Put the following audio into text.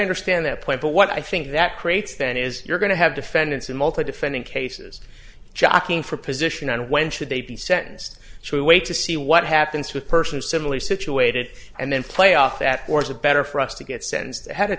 understand that point but what i think that creates then is you're going to have defendants a multitude fending cases jockeying for position and when should they be sentenced to wait to see what happens to a person similarly situated and then play off that or is a better for us to get sentenced ahead of